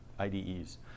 IDEs